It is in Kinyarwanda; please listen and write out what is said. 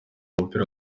umupira